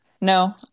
No